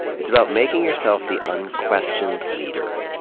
it's about making yourself the unquestioned leader.